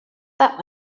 that